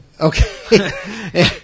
Okay